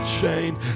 chain